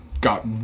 got